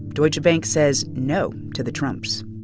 deutsche bank says no to the trumps